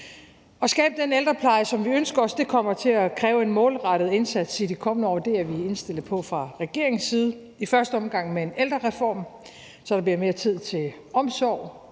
At skabe den ældrepleje, som vi ønsker os, kommer til at kræve en målrettet indsats i de kommende år; det er vi indstillet på fra regeringens side. I første omgang bliver det med en ældrereform, så der bliver mere tid til omsorg,